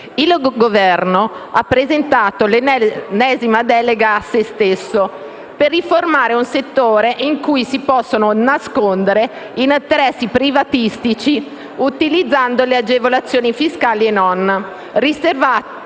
Il Governo ha presentato l'ennesima delega a se stesso per riformare un settore in cui si possono nascondere interessi privatistici utilizzando le agevolazioni, fiscali e non, riservate